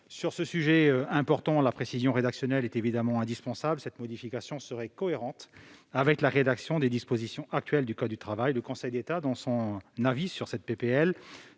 Sur ce sujet important, faire preuve de précision rédactionnelle est bien évidemment indispensable. Il nous semble que cette modification serait cohérente avec la rédaction des dispositions actuelles du code du travail. Le Conseil d'État, dans son avis sur cette